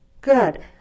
Good